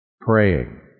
Praying